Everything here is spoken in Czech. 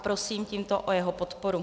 Prosím tímto o jeho podporu.